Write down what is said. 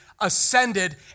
ascended